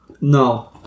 no